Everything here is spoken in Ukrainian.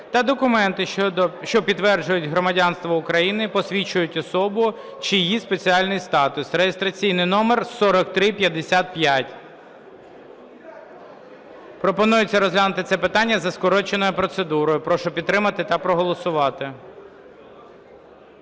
та документи, що підтверджують громадянство України, посвідчують особу чи її спеціальний статус" (реєстраційний номер 4355). Пропонується розглянути це питання за скороченою процедурою. Прошу підтримати та проголосувати.